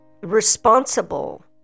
responsible